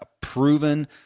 proven